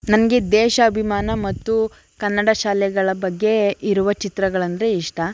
ನನಗೆ ದೇಶಾಭಿಮಾನ ಮತ್ತು ಕನ್ನಡ ಶಾಲೆಗಳ ಬಗ್ಗೆ ಇರುವ ಚಿತ್ರಗಳಂದರೆ ಇಷ್ಟ